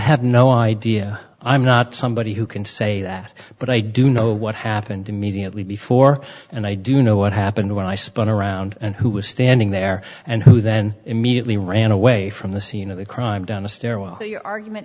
have no idea i'm not somebody who can say that but i do know what happened immediately before and i do know what happened when i spun around and who was standing there and who then immediately ran away from the scene of the crime down the stairwell your argument